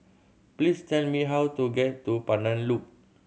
please tell me how to get to Pandan Loop